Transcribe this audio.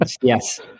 Yes